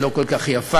לא כל כך יפה,